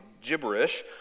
gibberish